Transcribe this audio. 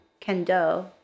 Kendo